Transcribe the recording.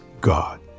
God